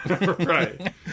Right